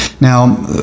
Now